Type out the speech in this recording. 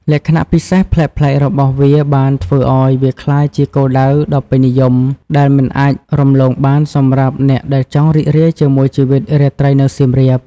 លក្ខណៈពិសេសប្លែកៗរបស់វាបានធ្វើឲ្យវាក្លាយជាគោលដៅដ៏ពេញនិយម ដែលមិនអាចរំលងបានសម្រាប់អ្នកដែលចង់រីករាយជាមួយជីវិតរាត្រីនៅសៀមរាប។